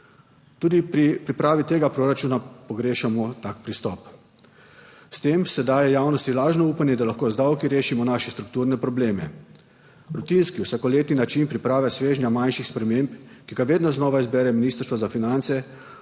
Tudi pri pripravi tega proračuna pogrešamo tak pristop. S tem se daje javnosti lažno upanje, da lahko z davki rešimo naše strukturne probleme. Rutinski vsakoletni način priprave svežnja manjših sprememb, ki ga vedno znova izbere Ministrstvo za finance,